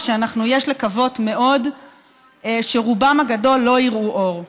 ויש לקוות מאוד שרובם הגדול לא יראו אור,